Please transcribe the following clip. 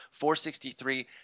463